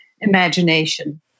imagination